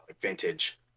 vintage